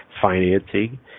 financing